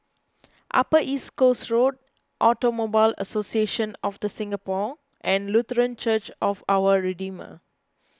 Upper East Coast Road Automobile Association of the Singapore and Lutheran Church of Our Redeemer